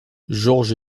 jorge